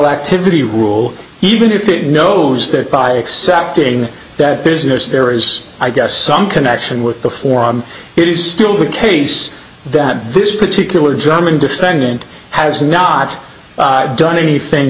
activity rule even if it knows that by accepting that business there as i guess some connection with the forum it is still the case that this particular german defendant has not done anything